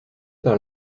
par